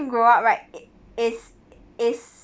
grow up right it's it's